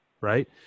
right